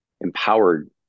empowered